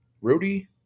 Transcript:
Rudy